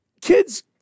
kids